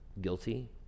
guilty